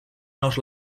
not